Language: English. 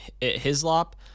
hislop